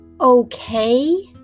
okay